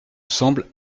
semble